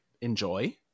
enjoy